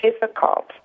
difficult